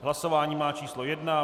Hlasování má číslo 1.